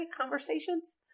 Conversations